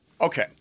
okay